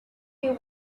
you